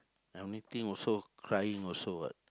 anything also crying also what